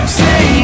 say